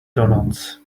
donuts